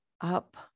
up